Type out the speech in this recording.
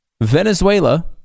venezuela